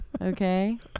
Okay